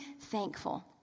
thankful